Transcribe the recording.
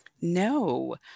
No